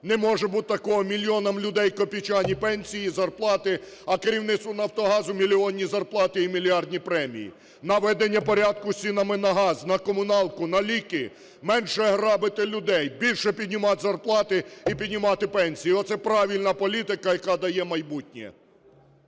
Не може бути такого: мільйонам людей – копійчані пенсії і зарплати, а керівництву "Нафтогазу" – мільйонні зарплати і мільярдні премії. Наведення порядку із цінами на газ, на комуналку, на ліки, менше грабити людей, більше піднімати заплати і піднімати пенсії – оце правильна політика, яка дає майбутнє.